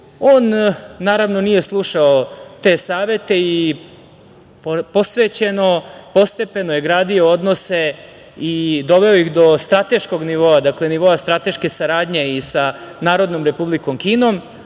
naravno nije slušao te savete i posvećeno, postepeno je gradio odnose i doveo ih do strateškog nivoa, dakle nivoa strateške saradnje sa Narodnom Republikom Kinom,